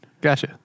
Gotcha